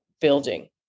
building